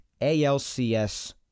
ALCS